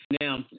Now